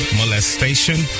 molestation